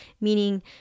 meaning